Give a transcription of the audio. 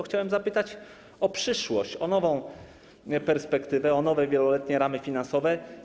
Chciałem zapytać o przyszłość, o nową perspektywę, o nowe wieloletnie ramy finansowe.